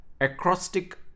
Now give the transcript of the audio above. Acrostic